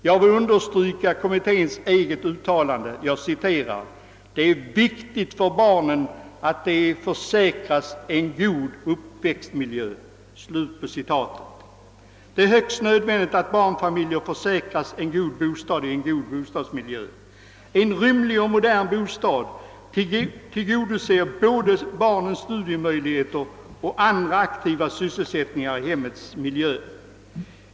Jag vill understryka kommitténs eget uttalande: »Det är viktigt för barnen att de försäkras en god uppväxtmiljö.» Det är högst nödvändigt att barnfamiljer försäkras en god bostad i god bostadsmiljö. En rymlig och modern bostad tillgodoser både barnens studiemöjligheter och andra aktiva sysselsättningar i hemmets miljö.